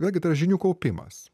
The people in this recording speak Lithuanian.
vėlgi tai yra žinių kaupimas